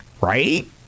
Right